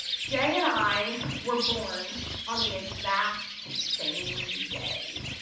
jay and i were born on the exact same day.